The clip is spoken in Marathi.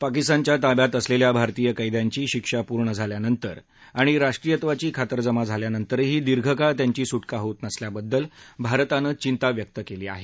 पाकिस्तानतच्या ताब्यात असलेल्या भारतीय कैद्यांची शिक्षा पूर्ण झाल्यानंतर आणि राष्ट्रियत्वाची खातरजमा झाल्यानंतरही दीर्घकाळ त्याची सुटका होत नसल्याबद्दल भारतानं घिंता व्यक्त केली आहे